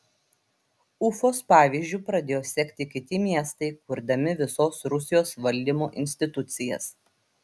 ufos pavyzdžiu pradėjo sekti kiti miestai kurdami visos rusijos valdymo institucijas